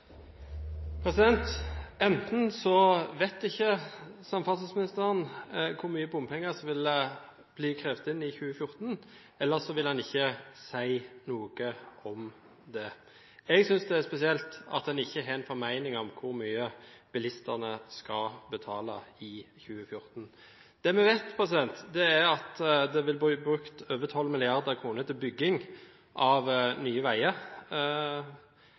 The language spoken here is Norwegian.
Enten vet ikke samferdselsministeren hvor mye bompenger som vil bli krevet inn i 2014, eller så vil han ikke si noe om det. Jeg synes det er spesielt at en ikke har en formening om hvor mye bilistene skal betale i 2014. Det vi vet, er at det vil bli brukt over 12 mrd. kr fra bompenger til bygging av nye veier